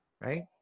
Right